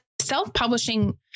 self-publishing